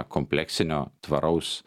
kompleksinio tvaraus